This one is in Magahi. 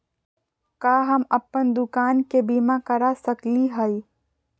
का हम अप्पन दुकान के बीमा करा सकली हई?